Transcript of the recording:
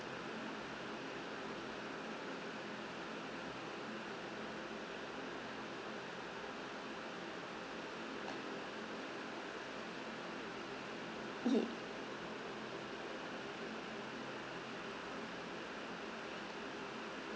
ye~